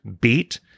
beat